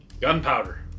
Gunpowder